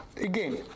again